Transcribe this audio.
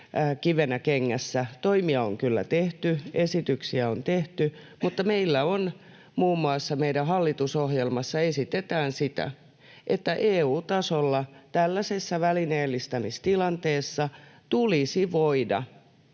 kivenä kengässä. Toimia on kyllä tehty, esityksiä on tehty. Muun muassa meidän hallitusohjelmassamme esitetään, että EU-tasolla tällaisessa välineellistämistilanteessa tulisi voida